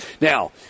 Now